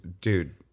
dude